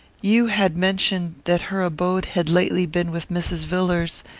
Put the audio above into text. you had mentioned that her abode had lately been with mrs. villars,